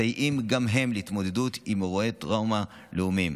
מסייעים גם הם להתמודדות עם אירועי טראומה לאומיים.